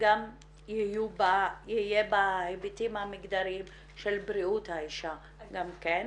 שגם יהיו בה ההיבטים המגדריים של בריאות האישה גם כן.